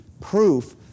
proof